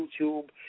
YouTube